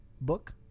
book